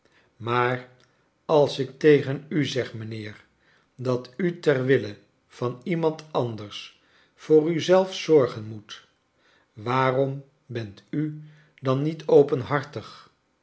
maar als ik tegen u zeg mijnheer dat u ter wille van iemand anders voor u zelf zorgen moet waarom bent u dan niet